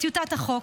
את טיוטת החוק.